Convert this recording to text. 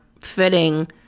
fitting